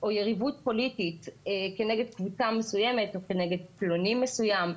או יריבות פוליטית כנגד קבוצה מסוימת או כנגד פלוני מסוים,